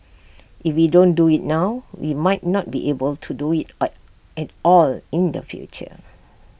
if we don't do IT now we might not be able do IT at IT all in the future